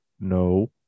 no